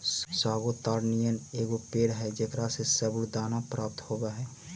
sago ताड़ नियन एगो पेड़ हई जेकरा से सबूरदाना प्राप्त होब हई